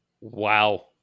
Wow